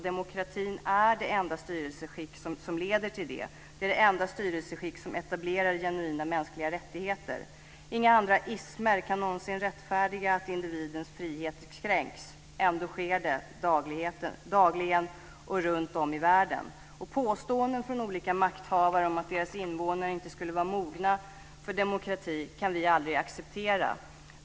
Demokratin är det enda styrelseskick som leder till en möjlighet att påverka och etablerar genuina mänskliga rättigheter. Inga andra ismer kan någonsin rättfärdiga att individens frihet kränks. Ändå sker det dagligen runtom i världen. Påståenden från olika makthavare om att deras invånare inte skulle vara mogna för demokrati kan vi aldrig acceptera.